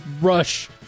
Rush